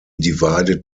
divided